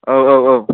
औ औ औ